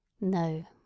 no